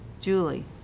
Julie